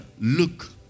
look